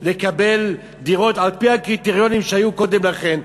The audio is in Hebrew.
לקבל דירות על-פי הקריטריונים שהיו קודם לכן.